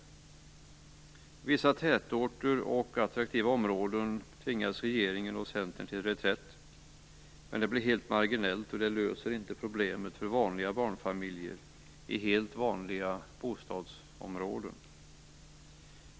I vissa tätorter och attraktiva områden tvingades regeringen och Centern till reträtt. Men det blev helt marginellt, och det löser inte problemet för vanliga barnfamiljer i helt vanliga bostadsområden.